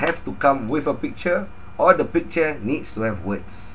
have to come with a picture or the picture needs to have words